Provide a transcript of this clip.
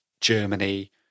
Germany